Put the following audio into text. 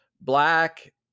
black